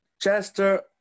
Chester